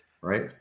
right